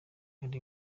kandi